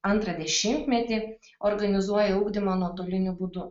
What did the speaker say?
antrą dešimtmetį organizuoja ugdymą nuotoliniu būdu